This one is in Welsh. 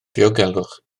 diogelwch